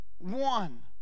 one